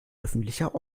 öffentlicher